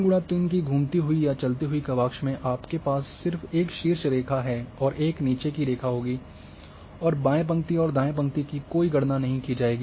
3 × 3 की घूमती हुई या चलती हुई गवाक्ष में आपके पास सिर्फ एक शीर्ष रेखा और एक नीचे की रेखा होगी और बाएं पंक्ति और दाएं पंक्ति की कोई गणना नहीं की जाएगी